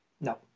no